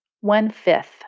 one-fifth